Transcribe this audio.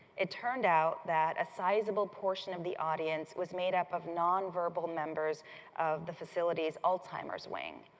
it turned out that a sizable portion of the audience was made up of nonverbal members of the facility's alzheimer's wing.